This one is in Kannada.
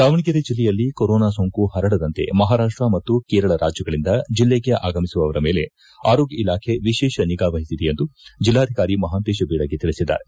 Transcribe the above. ದಾವಣಗೆರೆ ಜಲ್ಲೆಯಲ್ಲಿ ಕೊರೋನಾ ಸೋಂಕು ಪರಡದಂತೆ ಮಹಾರಾಷ್ಟ ಮತ್ತು ಕೇರಳ ರಾಜ್ಯಗಳಿಂದ ಜಿಲ್ಲೆಗೆ ಆಗಮಿಸುವವರ ಮೇಲೆ ಆರೋಗ್ಯ ಇಲಾಖೆ ವಿಶೇಷ ನಿಗಾ ವಹಿಸಿದೆ ಎಂದು ಜಿಲ್ಲಾಧಿಕಾರಿ ಮಹಾಂತೇಶ ಬಿಳಗಿ ತಿಳಿಸಿದ್ದಾರೆ